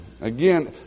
Again